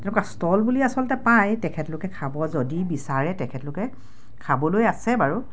তেনেকুৱা ষ্টল বুলি আচলতে পাই তেখেতলোকে খাব যদি বিচাৰে তেখেতলোকে খাবলৈ আছে বাৰু